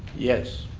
yes.